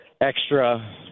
extra